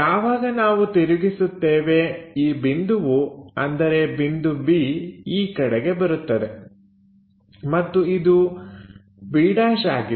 ಯಾವಾಗ ನಾವು ತಿರುಗಿಸುತ್ತೇವೆ ಈ ಬಿಂದುವು ಅಂದರೆ ಬಿಂದು b ಈ ಕಡೆಗೆ ಬರುತ್ತದೆ ಮತ್ತು ಇದು b' ಆಗಿದೆ